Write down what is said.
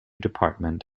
department